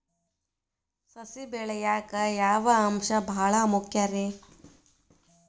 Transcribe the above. ಸಸಿ ಬೆಳೆಯಾಕ್ ಯಾವ ಅಂಶ ಭಾಳ ಮುಖ್ಯ ರೇ?